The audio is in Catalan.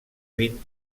vint